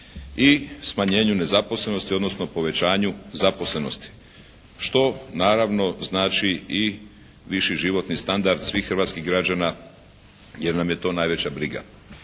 i smanjenju nezaposlenosti, odnosno povećanju zaposlenosti, što naravno znači i viši životni standard svih hrvatskih građana jer nam je to najveća briga.